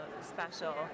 special